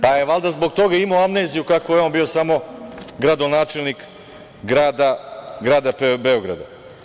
Pa je valjda zbog toga imao amneziju kako je on bio samo gradonačelnik grada Beograda.